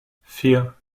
vier